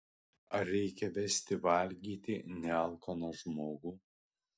ar reikia versti valgyti nealkaną žmogų